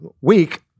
week